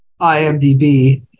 IMDb